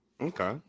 Okay